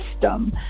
system